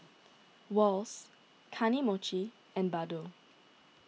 Wall's Kane Mochi and Bardot